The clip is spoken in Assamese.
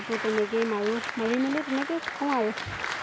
ফটো তেনেকেই মাৰোঁ মাৰি মেলি তেনেকেই থাকোঁ আৰু